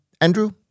Andrew